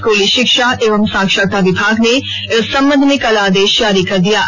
स्कूली शिक्षा एवं सारक्षता विभाग ने इस संबंध में कल आदेश जारी कर दिया है